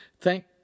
Thank—